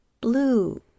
blue